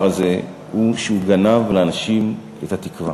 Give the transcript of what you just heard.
הזה הוא שהוא גנב לאנשים את התקווה,